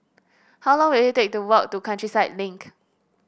how long will it take to walk to Countryside Link